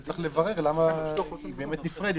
וצריך לברר למה היא נפרדת.